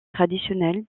traditionnelle